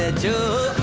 ah do